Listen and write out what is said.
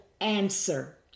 answer